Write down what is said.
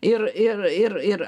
ir ir ir ir